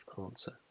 answer